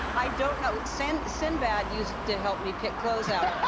i don't know. sin sin bad used to help me pick clothes out.